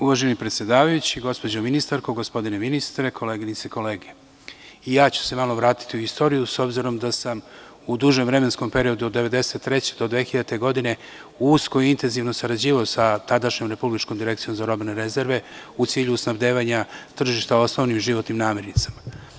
Uvaženi predsedavajući, gospođo ministarko, gospodine ministre, koleginice i kolege, i ja ću se malo vratiti u istoriju, s obzirom da sam u dužem vremenskom periodu, od 1993. do 2000. godine, usko i intenzivno sarađivao sa tadašnjom Republičkom direkcijom za robne rezerve, u cilju snabdevanja tržišta osnovnim životnim namirnicama.